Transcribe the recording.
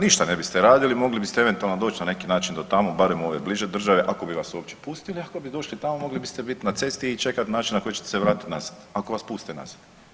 Ništa ne biste radili, mogli bi ste eventualno doći na neki način do tamo, barem u ove bliže države, ako bi vas uopće pustili, ako bi došli tamo, mogli biste biti na cesti i čekati način na koji ćete se vratiti nazad, ako vas puste nazad.